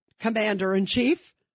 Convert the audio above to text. commander-in-chief